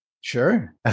Sure